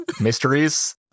mysteries